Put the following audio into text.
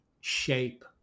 shape